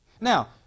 Now